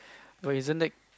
no isn't that